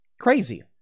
Crazy